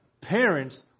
parents